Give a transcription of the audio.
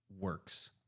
works